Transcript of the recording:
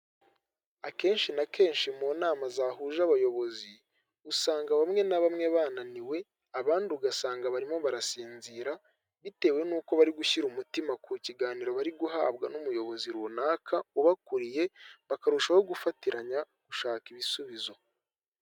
Akenshi na kenshi mu nama zahuje abayobozi, usanga bamwe na bamwe bananiwe, abandi ugasanga barimo barasinzira, bitewe n'uko bari gushyira umutima ku kiganiro bari guhabwa n'umuyobozi runaka ubakuriye, bakarushaho gufatiranya gushaka ibisubizo.